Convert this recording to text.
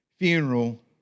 funeral